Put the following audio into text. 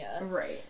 Right